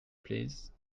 please